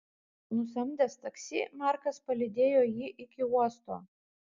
nusamdęs taksi markas palydėjo jį iki uosto